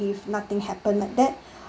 if nothing happen like that